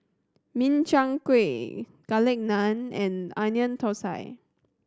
Min Chiang Kueh Garlic Naan and Onion Thosai